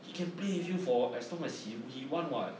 he can play with you for as long as he h~ want [what]